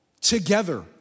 together